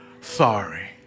sorry